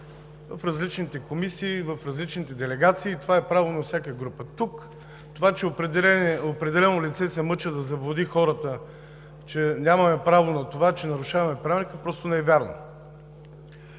в различните комисии, в различните делегации. Това е право на всяка група. Тук, това че определено лице се мъчи да заблуди хората, че нямаме право на това, че нарушаваме Правилника, просто не е вярно.